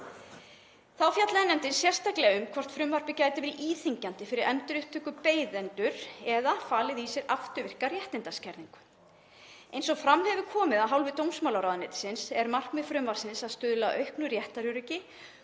Þá fjallaði nefndin sérstaklega um hvort frumvarpið geti verið íþyngjandi fyrir endurupptökubeiðendur eða falið í sér afturvirka réttindaskerðingu. Eins og fram hefur komið af hálfu dómsmálaráðuneytisins er markmið frumvarpsins að stuðla að auknu réttaröryggi